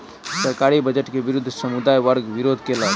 सरकारी बजट के विरुद्ध समुदाय वर्ग विरोध केलक